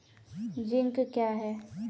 Zinc क्या हैं?